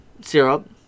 syrup